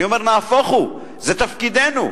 אני אומר: נהפוך הוא, זה תפקידנו.